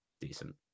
decent